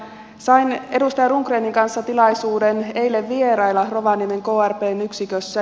sain edustaja rundgrenin kanssa tilaisuuden eilen vierailla rovaniemen krpn yksikössä